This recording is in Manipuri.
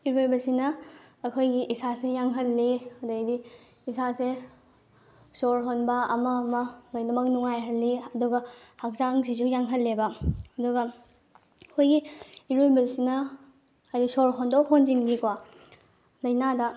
ꯏꯔꯣꯏꯕꯁꯤꯅ ꯑꯩꯈꯣꯏꯒꯤ ꯏꯁꯥꯁꯤ ꯌꯥꯡꯍꯜꯂꯤ ꯑꯗꯩꯗꯤ ꯏꯁꯥꯁꯦ ꯁꯣꯔ ꯍꯣꯟꯕ ꯑꯃ ꯑꯃ ꯂꯣꯏꯅꯃꯛ ꯅꯨꯡꯉꯥꯏꯍꯜꯂꯤ ꯑꯗꯨꯒ ꯍꯛꯆꯥꯡꯁꯤꯁꯨ ꯌꯥꯡꯍꯜꯂꯦꯕ ꯑꯗꯨꯒ ꯑꯩꯈꯣꯏꯒꯤ ꯏꯔꯣꯏꯕꯁꯤꯅ ꯍꯥꯏꯗꯤ ꯁꯣꯔ ꯍꯣꯟꯗꯣꯛ ꯍꯣꯟꯖꯤꯟꯒꯤꯀꯣ ꯂꯩꯅꯥꯗ